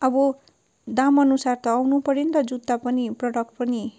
अब दामअनुसार त आउनुपर्यो नि त जुत्ता पनि प्रडक्ट पनि